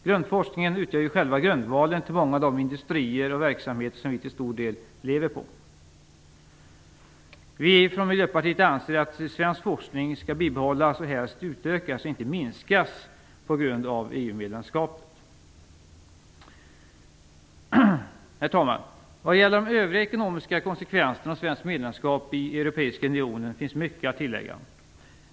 Grundforskningen utgör ju själva grundvalen till många av de industrier och verksamheter som vi till stor del lever på. Vi från Miljöpartiet anser att svensk forskning bör bibehållas och helst utökas, inte minskas på grund av Herr talman! Vad gäller de övriga ekonomiska konsekvenserna av svenskt medlemskap i Europeiska unionen finns mycket att tillägga.